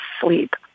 sleep